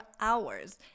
hours